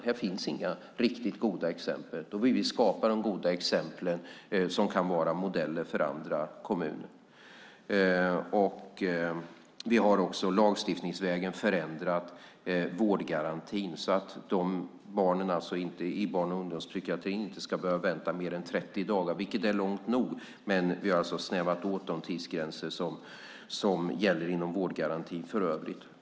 Det finns inga riktigt goda exempel. Därför vill vi skapa goda exempel som kan vara modeller för andra kommuner. Vi har också lagstiftningsvägen förändrat vårdgarantin så att barnen i barn och ungdomspsykiatrin inte ska behöva vänta mer än 30 dagar. Det är långt nog, men vi har alltså snävat åt de tidsgränser som gäller inom vårdgarantin i övrigt.